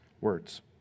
words